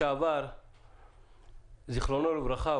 זכרו לברכה,